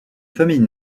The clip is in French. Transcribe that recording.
famille